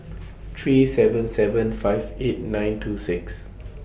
three seven seven five eight nine two six